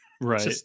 right